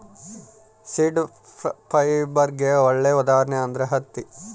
seed ಫೈಬರ್ಗೆ ಒಳ್ಳೆ ಉದಾಹರಣೆ ಅಂದ್ರೆ ಹತ್ತಿ